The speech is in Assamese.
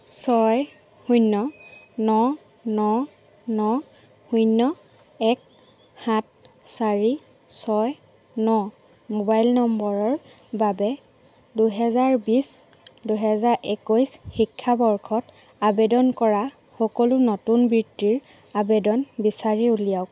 ছয় শূন্য ন ন ন শূন্য এক সাত চাৰি ছয় ন মোবাইল নম্বৰৰ বাবে দুহেজাৰ বিছ দুহেজাৰ একৈছ শিক্ষাবৰ্ষত আবেদন কৰা সকলো নতুন বৃত্তিৰ আবেদন বিচাৰি উলিয়াওক